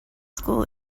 school